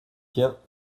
tiens